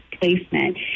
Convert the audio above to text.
placement